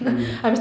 mm